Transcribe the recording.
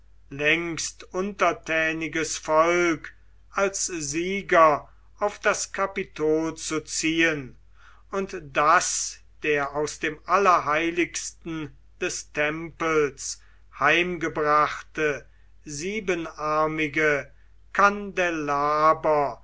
längst untertäniges volk als sieger auf das kapitol zu ziehen und daß der aus dem allerheiligsten des tempels heimgebrachte siebenarmige kandelaber